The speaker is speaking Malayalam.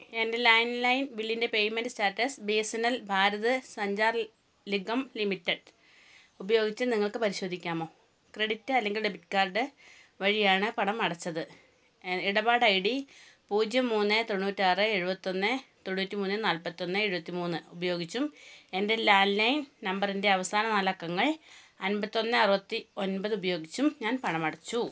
എൻ്റെ ലാൻഡ് ലൈൻ ബില്ലിൻ്റെ payment status B S N L Bharat Sanchar Nigam limited ഉപയോഗിച്ച് നിങ്ങള്ക്കു പരിശോധിക്കാമോ ക്രെഡിറ്റ് അല്ലെങ്കിൽ ഡെബിറ്റ് കാർഡ് വഴിയാണ് പണം അടച്ചത് ഇടപാടൈഡി പൂജ്യം മൂന്ന് തൊണ്ണൂറ്റിയാറ് എഴുപത്തിയൊന്ന് തൊണ്ണൂറ്റി മൂന്ന് നാല്പത്തിയൊന്ന് എഴുപത്തി മൂന്ന് ഉപയോഗിച്ചും എൻ്റെ ലാൻഡ് ലൈൻ നമ്പറിൻ്റെ അവസാന നാലക്കങ്ങൾ അൻപത്തിയൊന്ന് അറുപത്തി ഒൻപതുപയോഗിച്ചും ഞാൻ പണമടച്ചു